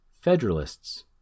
Federalists